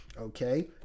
Okay